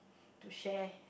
to share